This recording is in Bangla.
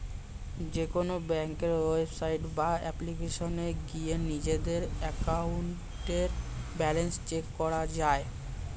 যেকোনো ব্যাংকের ওয়েবসাইট বা অ্যাপ্লিকেশনে গিয়ে নিজেদের অ্যাকাউন্টের ব্যালেন্স চেক করা যায়